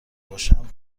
باشم